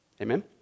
Amen